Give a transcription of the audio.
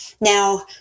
Now